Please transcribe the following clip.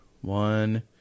One